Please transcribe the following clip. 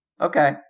Okay